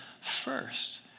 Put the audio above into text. first